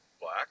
black